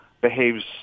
behaves